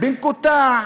במקוטע,